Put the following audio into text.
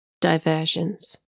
diversions